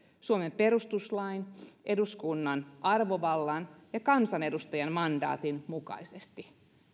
suomen perustuslain eduskunnan arvovallan ja kansanedustajan mandaatin mukaisesti